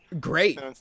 Great